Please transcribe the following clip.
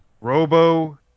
Robo